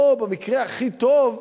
או, במקרה הכי טוב,